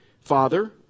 Father